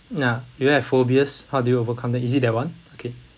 ya do you have phobias how did you overcome it is it that one okay